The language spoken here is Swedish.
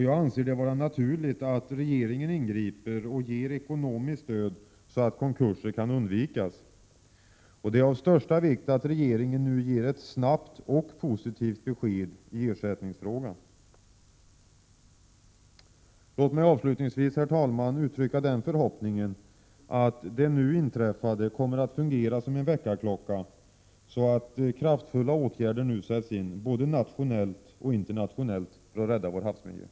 Jag anser det vara naturligt att regeringen ingriper och ger ekonomiskt stöd, så att konkurser kan undvikas. Det är av största vikt att regeringen nu ger ett snabbt och positivt besked i ersättningsfrågan. Låt mig avslutningsvis, herr talman, uttrycka förhoppningen att det inträffade kommer att fungera som en väckarklocka, så att kraftfulla åtgärder nu sätts in, både nationellt och internationellt, för att rädda havsmiljön.